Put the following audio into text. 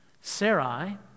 Sarai